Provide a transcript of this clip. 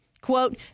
quote